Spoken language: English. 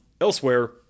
Elsewhere